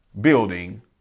building